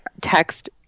text